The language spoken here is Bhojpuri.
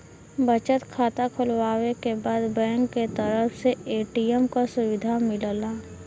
बचत खाता खुलवावे के बाद बैंक क तरफ से ए.टी.एम क सुविधा मिलला